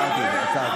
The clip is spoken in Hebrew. בושה.